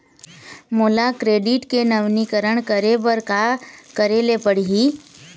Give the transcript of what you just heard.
मोला क्रेडिट के नवीनीकरण करे बर का करे ले पड़ही?